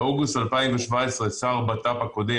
באוגוסט 2017 השר לביטחון הפנים הקודם